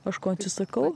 kažko atsisakau